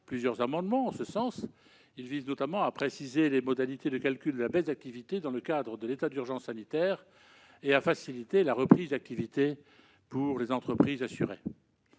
plusieurs amendements en ce sens, qui visent notamment à préciser les modalités de calcul de la baisse d'activité dans le cadre de l'état d'urgence sanitaire et à faciliter la reprise d'activité pour les entreprises assurées.